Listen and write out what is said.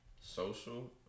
Social